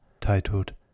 titled